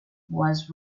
was